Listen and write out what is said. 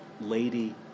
lady